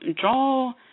draw